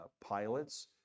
pilots